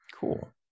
Cool